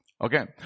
Okay